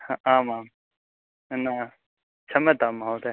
ह आम् आम् न क्षम्यतां महोदय